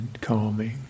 calming